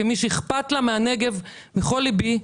כמי שאכפת לה מהנגב בכל לבי.